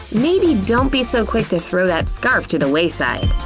maybe don't be so quick to throw that scarf to the wayside.